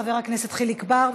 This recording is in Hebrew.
חבר הכנסת חיליק בר.